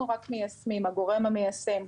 אנחנו רק הגורם המיישם.